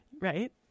right